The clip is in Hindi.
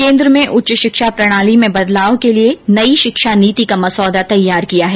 केन्द्र ने उच्च शिक्षा प्रणाली में बदलाव के लिए नई शिक्षा नीति का मसौदा तैयार किया है